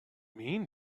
mean